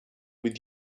with